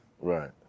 Right